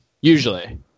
Usually